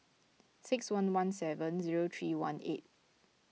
six one one seven zero three one eight